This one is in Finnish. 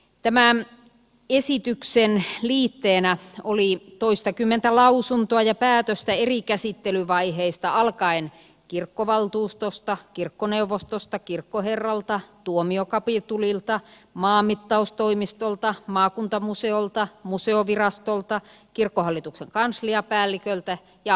tämän esityksen liitteenä oli toistakymmentä lausuntoa ja päätöstä eri käsittelyvaiheista alkaen kirkkovaltuustosta kirkkoneuvostosta kirkkoherralta tuomiokapitulilta maanmittaustoimistolta maakuntamuseolta museovirastolta kirkkohallituksen kansliapäälliköltä ja arkkipiispalta